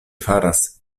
faras